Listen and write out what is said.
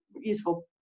useful